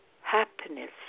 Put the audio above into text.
Happiness